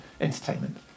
entertainment